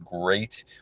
great